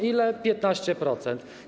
Ile? 15%.